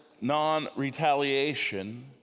non-retaliation